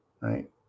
Right